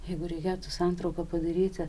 jeigu reikėtų santrauką padaryti